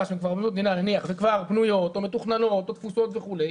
שהן בנויות או מתוכננות או תפוסות וכולי,